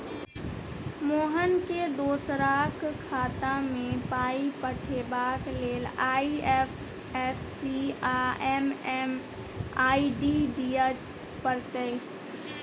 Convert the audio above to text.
मोहनकेँ दोसराक खातामे पाय पठेबाक लेल आई.एफ.एस.सी आ एम.एम.आई.डी दिअ पड़तै